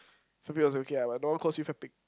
fat pig also okay ah but no one calls you fat pig